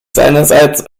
seinerseits